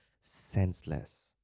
senseless